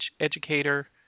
educator